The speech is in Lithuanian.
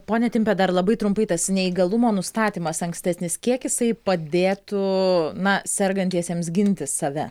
ponia timpe dar labai trumpai tas neįgalumo nustatymas ankstesnis kiek jisai padėtų na sergantiesiems ginti save